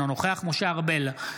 אינו נוכח משה ארבל,